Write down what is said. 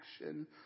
action